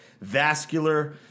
vascular